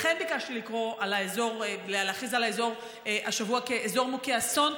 לכן ביקשתי השבוע להכריז על האזור כאזור מוכה אסון,